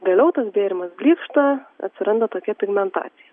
vėliau tas gėrimas blykšta atsiranda tokia pigmentacija